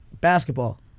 Basketball